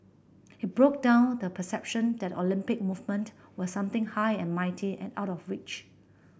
it broke down the perception that Olympic movement were something high and mighty and out of reach